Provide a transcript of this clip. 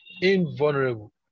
invulnerable